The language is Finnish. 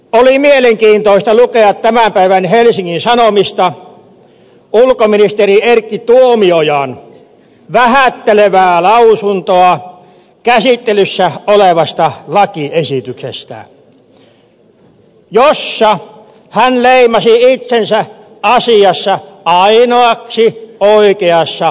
oli mielenkiintoista lukea tämän päivän helsingin sanomista ulkoministeri erkki tuomiojan vähättelevää lausuntoa käsittelyssä olevasta lakiesityksestä jossa hän leimasi itsensä asiassa ainoaksi oikeassa olevaksi